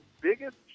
biggest